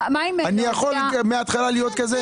אני יכול מהתחלה להיות כזה?